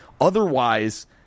Otherwise